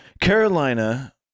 Carolina